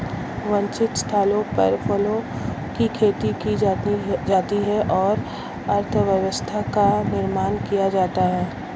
वांछित स्थलों पर फलों की खेती की जाती है और अर्थव्यवस्था का निर्माण किया जाता है